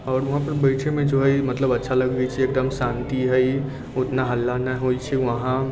आओर वहाँपर बैठैमे जे हइ मतलब अच्छा लगै छै एकदम शान्ति हइ ओतना हल्ला नहि होइ छै वहाँ